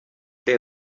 day